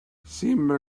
sembra